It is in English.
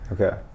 okay